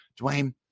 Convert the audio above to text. Dwayne